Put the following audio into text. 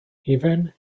hufen